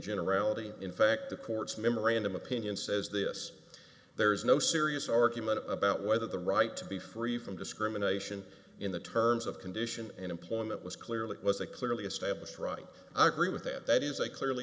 generality in fact the court's memorandum opinion says this there is no serious argument about whether the right to be free from discrimination in the terms of condition and employment was clearly it was a clearly established right i agree with that that is a clearly